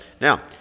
Now